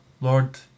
Lord